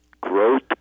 growth